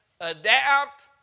Adapt